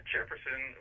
Jefferson